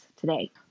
today